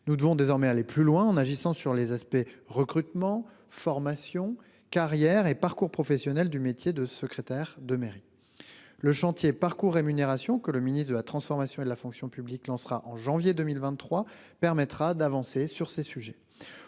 Nous devons désormais aller plus loin en agissant sur le recrutement, la formation, la carrière et les parcours professionnels du métier de secrétaire de mairie. Le chantier « parcours-rémunérations » que le ministre de la transformation et de la fonction publiques lancera en janvier 2023 permettra d'avancer sur ces sujets.